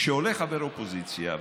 כשעולה חבר אופוזיציה,